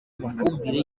amafumbire